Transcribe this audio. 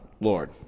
Lord